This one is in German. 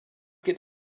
geht